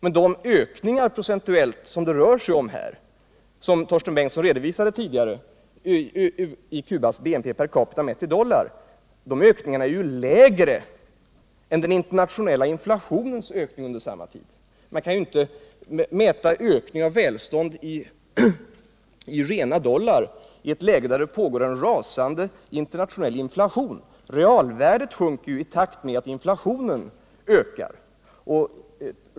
Men de procentuella ökningar som Torsten Bengtson redovisat tidigare i Cubas BNP per capita mätt i dollar är ju lägre än den internationella inflationsökningen under samma tid. Men man kan inte mäta ökningen av välfärden i rena dollar i ett läge där det pågår en rasande internationell inflation. Realvärdet sjunker ju i takt med att inflationen ökar.